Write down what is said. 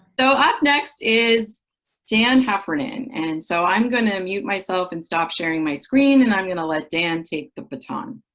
so up next is dan heffernan. and so i'm going to mute myself and stop sharing my screen, and i'm going to let dan take the baton.